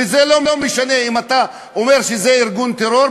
וזה לא משנה אם אתה אומר שזה ארגון טרור,